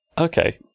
Okay